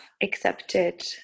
accepted